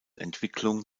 entwicklung